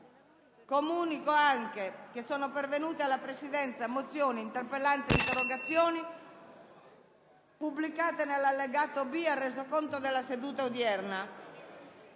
Comunico che sono pervenute alla Presidenza un'interpellanza e interrogazioni, pubblicate nell'allegato B al Resoconto della seduta odierna.